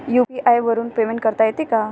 UPI वरून payment करता येते का?